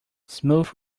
smooth